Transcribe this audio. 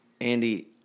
Andy